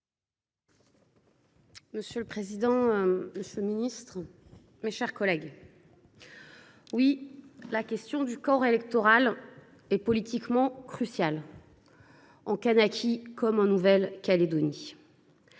Monsieur le président, monsieur le ministre, mes chers collègues, la question du corps électoral est politiquement cruciale en Kanaky comme en Nouvelle Calédonie.